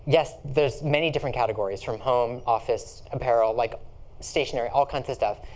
yes, there's many different categories, from home, office, apparel, like stationery all kinds of stuff.